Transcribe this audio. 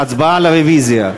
ההצבעה על הרוויזיה.